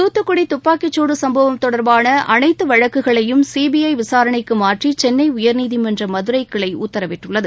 தூத்துக்குடி தூப்பக்கிச்சூடு சும்பவம் தொடர்பான அனைத்து வழக்குகளையும் சிபிஐ விசாரணைக்கு மாற்றி சென்னை உயர்நீதிமன்ற மதுரை கிளை உத்தரவிட்டுள்ளது